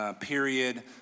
period